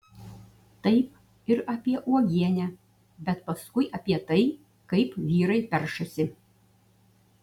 taip ir apie uogienę bet paskui apie tai kaip vyrai peršasi